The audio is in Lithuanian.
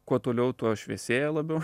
kuo toliau tuo šviesėja labiau